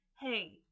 hey